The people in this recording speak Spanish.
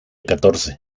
catorce